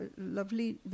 lovely